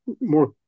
more